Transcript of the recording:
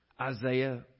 Isaiah